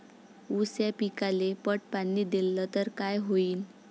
ऊस या पिकाले पट पाणी देल्ल तर काय होईन?